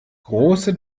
große